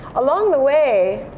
along the way,